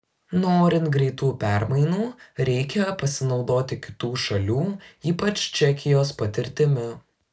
norint greitų permainų reikia pasinaudoti kitų šalių ypač čekijos patirtimi